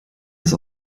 ist